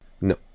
No